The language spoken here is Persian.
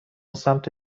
سمت